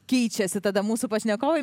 keičiasi tada mūsų pašnekovai